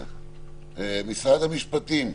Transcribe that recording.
משרד המשפטים?